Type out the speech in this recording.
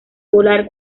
volar